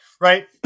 Right